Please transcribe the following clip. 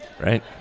right